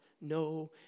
no